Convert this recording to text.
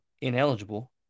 ineligible